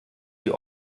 sie